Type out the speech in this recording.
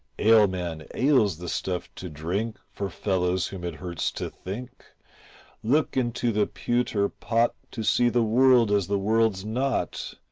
ale, man, ale's the stuff to drink for fellows whom it hurts to think look into the pewter pot to see the world as the world's not.